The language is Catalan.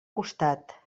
costat